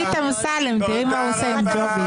תשאלי את אמסלם, תראי מה הוא עושה עם ג'ובים.